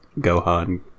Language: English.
Gohan